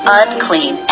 unclean